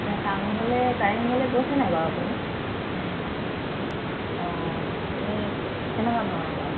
এনেই কাৰেংঘৰলৈ কাৰেংঘৰলৈ গৈছেনে বাৰু আপুনি মানে অঁ মানে এনেই কেনেকুৱা ধৰণৰ বাৰু